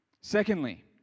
Secondly